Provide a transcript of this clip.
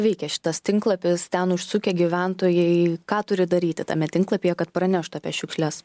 veikia šitas tinklapis ten užsukę gyventojai ką turi daryti tame tinklapyje kad praneštų apie šiukšles